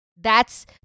that's-